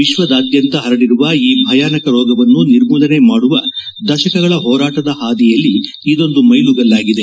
ವಿಶ್ವದಾದ್ಯಂತ ಪರಡಿರುವ ಈ ಭಯಾನಕ ರೋಗವನ್ನು ನಿರ್ಮೂಲನೆ ಮಾಡುವ ದಶಕಗಳ ಹೋರಾಟದ ಹಾದಿಯಲ್ಲಿ ಇದೊಂದು ಮೈಲುಗಲ್ಲಾಗಿದೆ